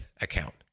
account